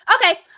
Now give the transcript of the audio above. Okay